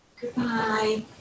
Goodbye